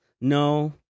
No